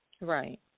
Right